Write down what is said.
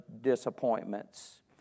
disappointments